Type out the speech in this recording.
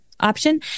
option